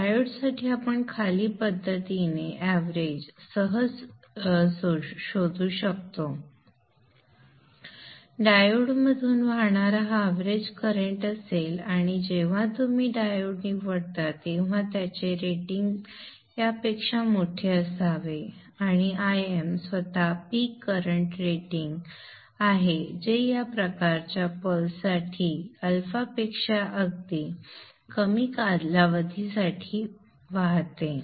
तर डायोडसाठी आपण खालील पद्धतीने एवरेज सहज शोधू शकतो डायोडमधून वाहणारा हा एवरेज करंट असेल आणि जेव्हा तुम्ही डायोड निवडता तेव्हा त्याचे रेटिंग यापेक्षा मोठे असावे आणि Im स्वतःच पीक करंट रेटिंग आहे जे या प्रकारच्या पल्स साठी अल्फापेक्षा अगदी कमी कालावधीसाठी वाहते